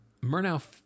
Murnau